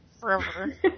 Forever